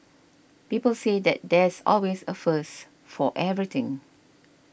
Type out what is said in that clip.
people say that there's always a first for everything